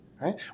right